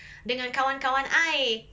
dengan kawan kawan I